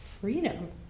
freedom